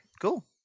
Cool